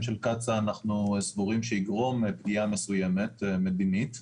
של קצא"א יגרום לפגיעה מדינית מסוימת,